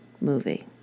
movie